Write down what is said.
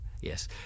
yes